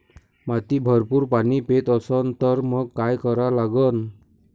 माती भरपूर पाणी पेत असन तर मंग काय करा लागन?